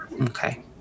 Okay